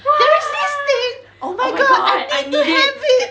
there's this thing oh my god I need to have it